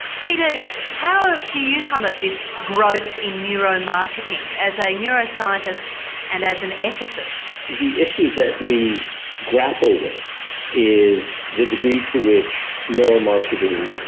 peter how do you come at this growth in neuromarketing as a neuroscientist and as an ethicist? the issue that we grapple with is the degree to which neuromarketing,